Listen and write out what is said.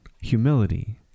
humility